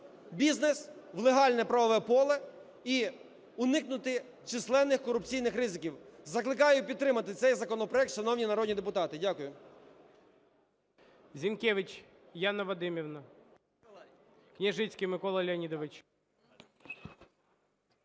бізнес в легальне правове поле і уникнути численних корупційних ризиків. Закликаю підтримати цей законопроект, шановні народні депутати. Дякую.